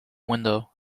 window